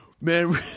man